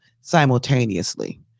simultaneously